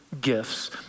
gifts